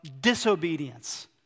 disobedience